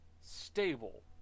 stable